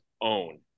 own